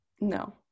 no